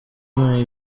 muri